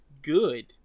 good